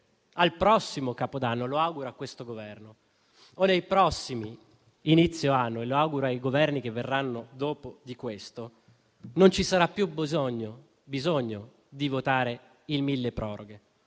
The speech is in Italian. al prossimo capodanno - come auguro a questo Governo - o nei prossimi inizi d'anno - come auguro ai Governi che verranno dopo - non ci sarà più bisogno di votare il milleproroghe.